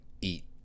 eat